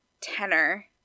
tenor